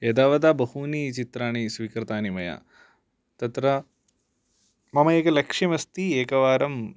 एतावता बहूनि चित्राणि स्वीकृतानि मया तत्र मम एक लक्ष्यम् अस्ति एकवारम्